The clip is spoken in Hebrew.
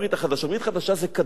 הברית החדשה זה קדוש לנוצרים.